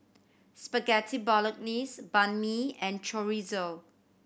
Spaghetti Bolognese Banh Mi and Chorizo